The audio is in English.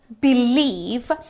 believe